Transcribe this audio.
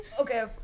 Okay